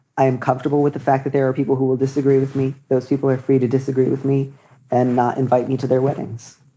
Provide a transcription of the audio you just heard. i am comfortable with the fact that there are people who will disagree with me. those people are free to disagree with me and not invite me to their weddings.